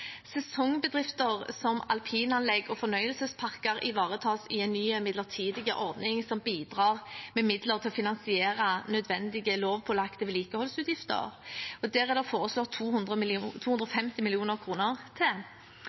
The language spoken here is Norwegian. Sesongbedrifter som alpinanlegg og fornøyelsesparker ivaretas i en ny midlertidig ordning som bidrar med midler til å finansiere nødvendige lovpålagte vedlikeholdsutgifter. Det er det foreslått